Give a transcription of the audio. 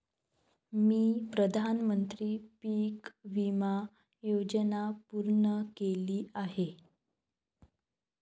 मी प्रधानमंत्री पीक विमा योजना पूर्ण केली आहे